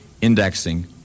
indexing